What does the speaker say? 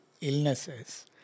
illnesses